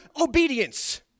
obedience